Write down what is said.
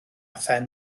phen